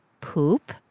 poop